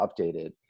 updated